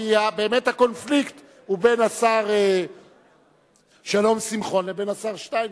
כי באמת הקונפליקט הוא בין השר שלום שמחון לבין השר שטייניץ.